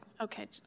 Okay